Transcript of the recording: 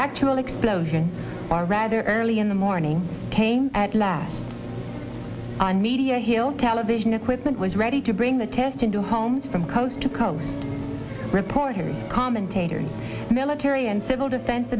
actual explosion are rather early in the morning came at last on media hill television equipment was ready to bring the test into home from coast to coast reporters commentators military and civil defen